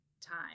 time